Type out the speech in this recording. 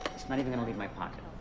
it's not even gonna leave my pocket.